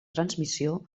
transmissió